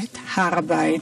ובכללם הר הבית,